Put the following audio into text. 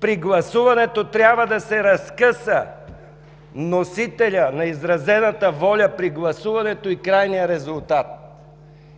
При гласуването трябва да се разкъса носителят на изразената воля при гласуването и крайният резултат.